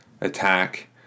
attack